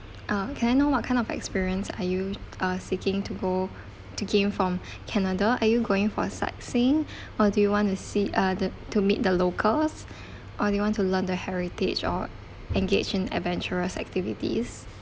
uh can I know what kind of experience are you uh seeking to go to gain from canada are you going for sightseeing or do you want to see uh the to meet the locals or do you want to learn the heritage or engage in adventurous activities